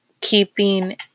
keeping